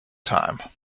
time